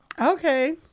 okay